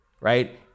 right